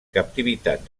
captivitat